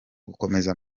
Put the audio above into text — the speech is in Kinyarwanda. gukomeza